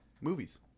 movies